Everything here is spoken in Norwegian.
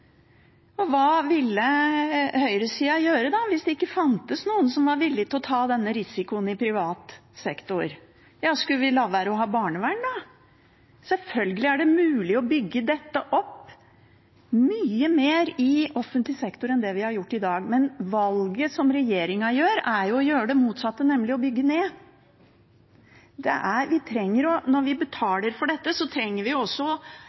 trygghet. Hva ville høyresiden gjøre hvis det ikke fantes noen som var villig til å ta denne risikoen i privat sektor? Skulle vi la være å ha barnevern? Selvfølgelig er det mulig å bygge dette mye mer opp i offentlig sektor enn vi har gjort i dag, men valget som regjeringen gjør, er jo det motsatte, nemlig å bygge ned. Når man betaler for dette, trenger man også å eie den kompetansen selv i offentlig sektor og